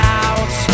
out